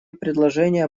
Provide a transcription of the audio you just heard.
предложение